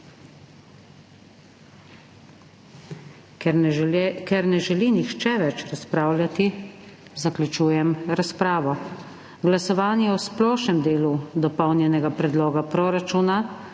Ker ne želi nihče več razpravljati, zaključujem razpravo. Glasovanje o splošnem delu dopolnjenega predloga proračuna